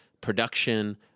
production